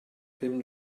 pum